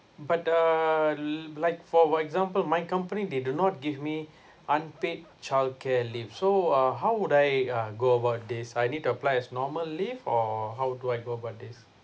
but uh like for for example my company they do not give me unpaid childcare leave so uh how would I uh go about this I need to apply as normal leave or how do I go about this